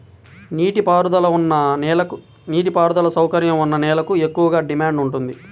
నీటి పారుదల సౌకర్యం ఉన్న నేలలకు ఎక్కువగా డిమాండ్ ఉంటుంది